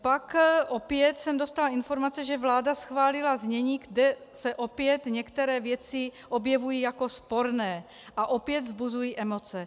Pak opět jsem dostala informaci, že vláda schválila znění, kde se opět některé věci objevují jako sporné a opět vzbuzují emoce.